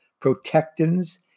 protectins